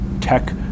tech